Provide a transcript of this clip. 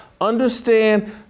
understand